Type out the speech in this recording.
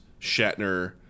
Shatner